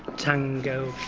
tango,